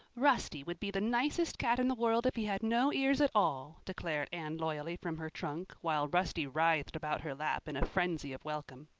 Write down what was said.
rusty would be the nicest cat in the world if he had no ears at all, declared anne loyally from her trunk, while rusty writhed about her lap in a frenzy of welcome.